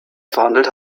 verhandelt